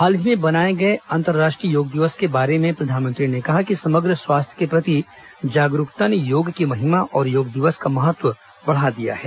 हाल ही में मनाए गए अंतर्राष्ट्रीय योग दिवस के बारे में प्रधानमंत्री ने कहा कि समग्र स्वास्थ्य के प्रति जागरुकता ने योग की महिमा और योग दिवस का महत्व बढ़ा दिया है